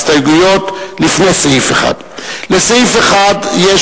ההסתייגות של קבוצת סיעת מרצ לפני סעיף 1 לא נתקבלה.